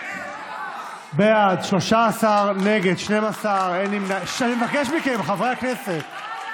עבודה מהבית בתקופת התפשטות נגיף הקורונה החדש) (הוראת שעה),